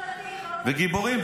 הם גיבורים.